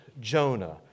Jonah